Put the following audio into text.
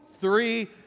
three